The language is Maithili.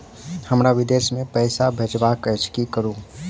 हमरा विदेश मे पैसा भेजबाक अछि की करू?